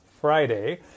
friday